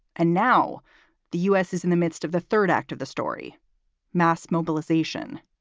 and now the u s. is in the midst of the third act of the story mass mobilization